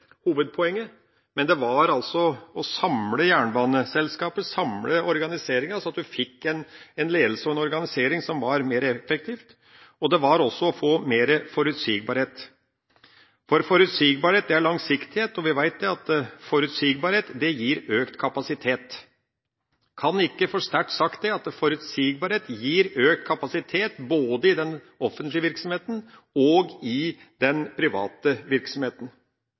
hovedpoenget, men å samle jernbaneselskapet, samle organiseringa, slik at en får en ledelse og en organisering som er mer effektiv, og det var også å få mer forutsigbarhet. For forutsigbarhet er langsiktighet, og vi vet at forutsigbarhet gir økt kapasitet. Jeg kan ikke få sagt det sterkt nok: Forutsigbarhet gir økt kapasitet, både i den offentlige virksomheten og i den private virksomheten.